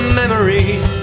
memories